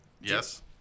Yes